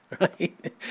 right